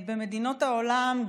במדינות העולם,